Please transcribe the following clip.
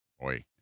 boy